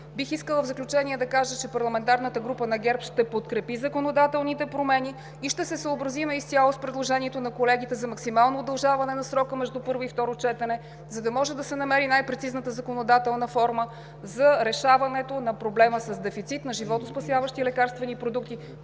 се изгради. В заключение ще кажа, че парламентарната група на ГЕРБ ще подкрепи законодателните промени и ще се съобразим изцяло с предложението на колегите за максимално удължаване на срока между първо и второ четене, за да може да се намери най прецизната законодателна форма за решаването на проблема с дефицит на животоспасяващи лекарствени продукти,